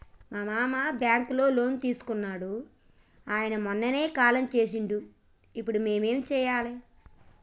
మా మామ బ్యాంక్ లో లోన్ తీసుకున్నడు అయిన మొన్ననే కాలం చేసిండు ఇప్పుడు మేం ఏం చేయాలి?